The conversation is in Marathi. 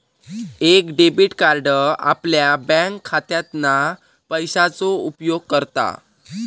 एक डेबिट कार्ड आपल्या बँकखात्यातना पैशाचो उपयोग करता